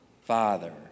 Father